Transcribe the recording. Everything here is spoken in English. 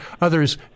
Others